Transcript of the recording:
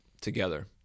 together